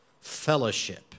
fellowship